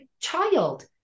child